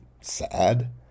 sad